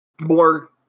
more